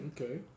Okay